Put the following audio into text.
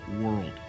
world